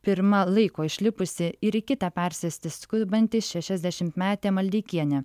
pirma laiko išlipusi ir į kitą persėsti skubanti šešiasdešimtmetė maldeikienė